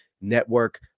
network